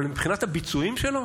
אבל מבחינת הביצועים שלו,